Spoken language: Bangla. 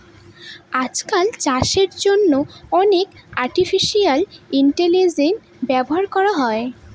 আজকাল চাষের জন্য অনেক আর্টিফিশিয়াল ইন্টেলিজেন্স ব্যবহার করা হয়